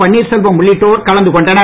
பன்னீர்செல்வம் உள்ளிட்டோர் கலந்து கொண்டனர்